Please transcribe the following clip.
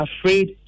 afraid